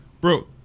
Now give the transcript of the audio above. bro